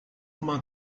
uma